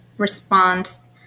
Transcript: Response